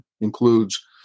includes